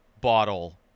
bottle